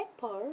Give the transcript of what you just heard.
Pepper